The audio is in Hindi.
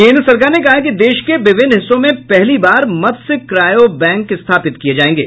केंद्र सरकार ने कहा है कि देश के विभिन्न हिस्सों में पहली बार मत्स्य क्रायो बैंक स्थापित किये जायेगें